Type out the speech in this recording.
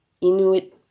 inuit